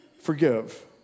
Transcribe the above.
Forgive